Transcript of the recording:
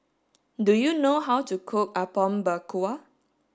do you know how to cook Apom Berkuah